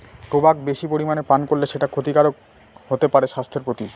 tobacco বেশি পরিমানে পান করলে সেটা ক্ষতিকারক হতে পারে স্বাস্থ্যের প্রতি